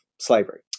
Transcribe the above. slavery